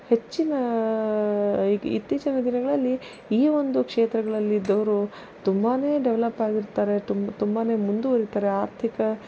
ಹೆಚ್ಚಿನಾ ಇತ್ತೀಚಿನ ದಿನಗಳಲ್ಲಿ ಈ ಒಂದು ಕ್ಷೇತ್ರಗಳಲ್ಲಿದ್ದವರು ತುಂಬಾ ಡೆವಲಪ್ ಆಗಿರ್ತಾರೆ ತುಂಬ ತುಂಬಾ ಮುಂದುವರಿತಾರೆ ಆರ್ಥಿಕ